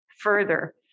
Further